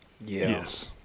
Yes